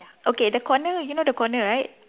okay the corner you know the corner right